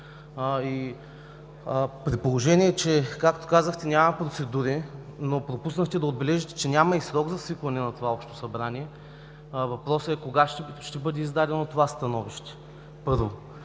както казахте, няма процедури, но пропуснахте да отбележите, че няма и срок за свикване на това общо събрание, въпросът е кога ще бъде издадено това становище, първо?